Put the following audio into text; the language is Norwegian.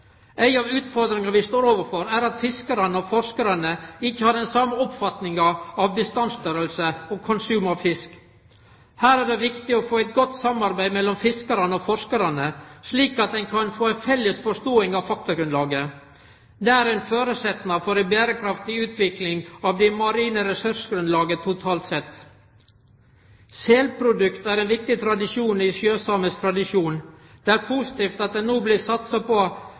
Ei av utfordringane vi står overfor, er at fiskarane og forskarane ikkje har den same oppfatninga av bestandstørrelse og konsum av fisk. Her er det viktig å få eit godt samarbeid mellom fiskarane og forskarane, slik at ein kan få ei felles forståing av faktagrunnlaget. Det er ein føresetnad for ei berekraftig utvikling av det marine ressursgrunnlaget totalt sett. Selprodukt er ein viktig tradisjon i sjøsamisk tradisjon. Det er positivt at det no blir satsa på